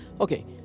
Okay